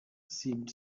seemed